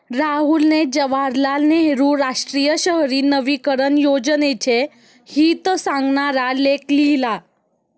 राहुलने जवाहरलाल नेहरू राष्ट्रीय शहरी नवीकरण योजनेचे हित सांगणारा लेख लिहिला